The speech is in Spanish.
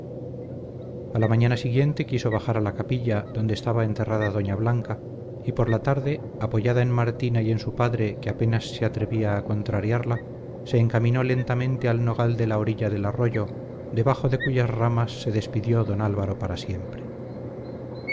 a la mañana siguiente quiso bajar a la capilla donde estaba enterrada doña blanca y por la tarde apoyada en martina y en su padre que apenas se atrevía a contrariarla se encaminó lentamente al nogal de la orilla del arroyo debajo de cuyas ramas se despidió don álvaro para siempre